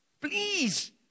Please